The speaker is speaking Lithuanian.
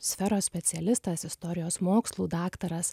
sferos specialistas istorijos mokslų daktaras